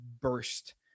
burst